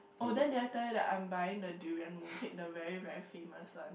oh then did I tell you that I'm buying the durian mooncake the very very famous one